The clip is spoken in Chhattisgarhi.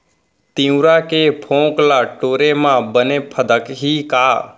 तिंवरा के फोंक ल टोरे म बने फदकही का?